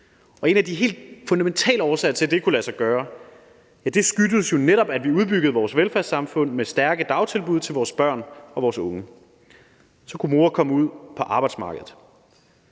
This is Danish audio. En af de helt fundamentale årsager til, at det kunne lade sig gøre, var netop, at vi udbyggede vores velfærdssamfund med stærke dagtilbud til vores børn og vores unge. Så kunne mor komme ud på arbejdsmarkedet.